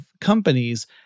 companies